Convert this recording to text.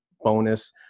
bonus